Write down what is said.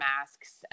masks